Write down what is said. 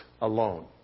alone